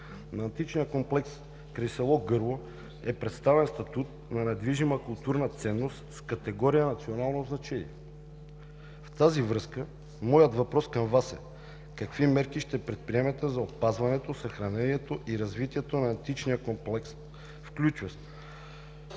на Античния комплекс край село Гърло е предоставен статут на недвижима културна ценност с категория „национално значение“. В тази връзка моят въпрос към Вас е: какви мерки ще предприемете за опазването, съхранението и развитието на античния комплекс, включващ